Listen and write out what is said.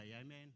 amen